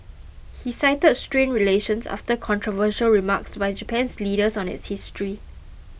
he cited strained relations after controversial remarks by Japan's leaders on its history